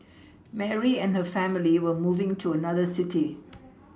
Mary and her family were moving to another city